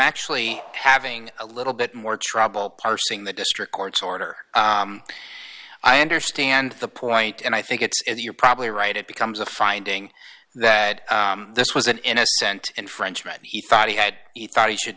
actually having a little bit more trouble parsing the district court's order i understand the point and i think it's you're probably right it becomes a finding that this was an innocent and frenchman he thought he had he thought he should